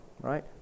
right